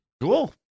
Cool